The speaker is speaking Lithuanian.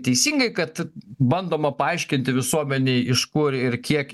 teisingai kad bandoma paaiškinti visuomenei iš kur ir kiek